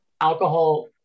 alcohol